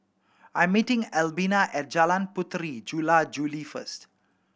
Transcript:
I am meeting Albina at Jalan Puteri Jula Juli first